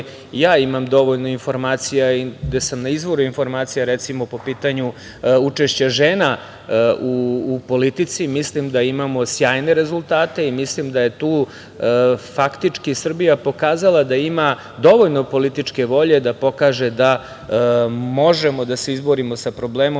ja dovoljno informacija i gde sam na izvoru informacija, recimo o pitanju učešća žena u politici, mislim da imamo sjajne rezultate, mislim da je tu faktički Srbija pokazala da ima dovoljno političke volje da pokaže da možemo da se izborimo sa problemom